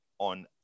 on